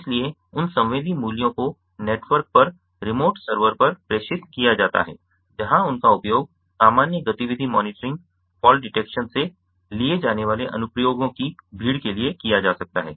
इसलिए उन संवेदी मूल्यों को नेटवर्क पर रिमोट सर्वर पर प्रेषित किया जाता है जहां उनका उपयोग सामान्य गतिविधि मॉनिटरिंग फॉल डिटेक्शन से लिए जाने वाले अनुप्रयोगों की भीड़ के लिए किया जा सकता है